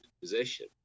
position